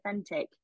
authentic